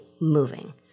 moving